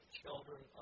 children